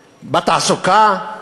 בתעסוקה,